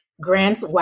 grants